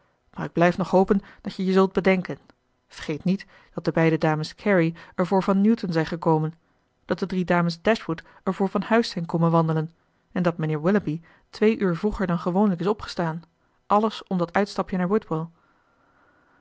maar ik blijf nog hopen dat je je zult bedenken vergeet niet dat de beide dames carey ervoor van newton zijn gekomen dat de drie dames dashwood ervoor van huis zijn komen wandelen en dat mijnheer willoughby twee uur vroeger dan gewoonlijk is opgestaan alles om dat uitstapje naar